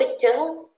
picture